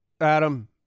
Adam